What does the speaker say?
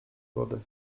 wody